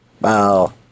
Wow